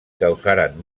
causaren